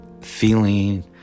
feeling